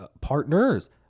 partners